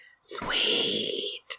sweet